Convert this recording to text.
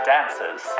Dancers